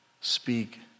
speak